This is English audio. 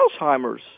Alzheimer's